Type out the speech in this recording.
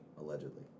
allegedly